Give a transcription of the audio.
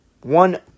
one